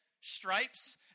Stripes